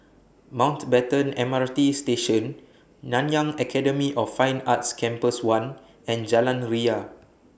Mountbatten M R T Station Nanyang Academy of Fine Arts Campus one and Jalan Ria